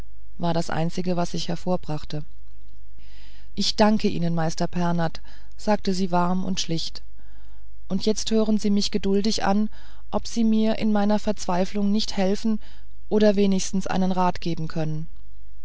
war das einzige was ich hervorbrachte ich danke ihnen meister pernath sagte sie warm und schlicht und jetzt hören sie mich geduldig an ob sie mir in meiner verzweiflung nicht helfen oder wenigstens einen rat geben können